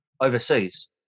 overseas